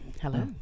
Hello